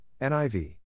NIV